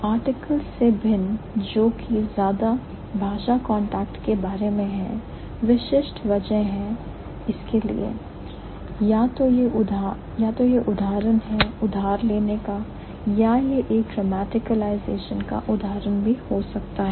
Articles से भिन्न जोकि ज्यादा लैंग्वेज कांटेक्ट के बारे में है विशिष्ट वजहें हैं इसके लिए यह तो यह उदाहरण है उधार लेने का या यह एक grammaticalization का उदाहरण भी हो सकता है